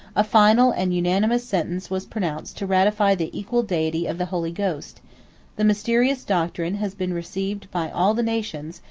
a final and unanimous sentence was pronounced to ratify the equal deity of the holy ghost the mysterious doctrine has been received by all the nations,